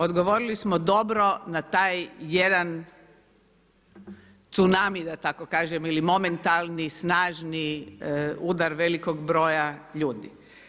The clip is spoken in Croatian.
Odgovorili smo dobro na taj jedan tsunami da tako kažem ili momentalni snažni udar velikog broja ljudi.